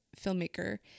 filmmaker